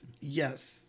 Yes